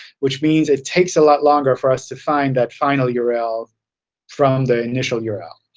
which means it takes a lot longer for us to find that final yeah url from the initial yeah url.